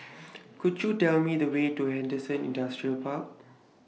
Could YOU Tell Me The Way to Henderson Industrial Park